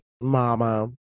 Mama